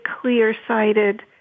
clear-sighted